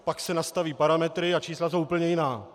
Pak se nastaví parametry a čísla jsou úplně jiná.